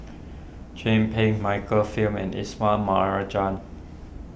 Chin Peng Michael Fam and Ismail Marjan